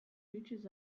reaches